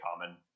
common